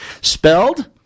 spelled